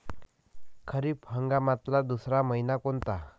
खरीप हंगामातला दुसरा मइना कोनता?